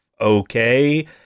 okay